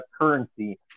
currency